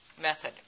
method